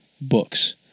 books